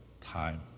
time